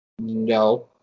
No